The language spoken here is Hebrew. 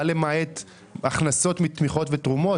היא באה למעט הכנסות מתמיכות ותרומות?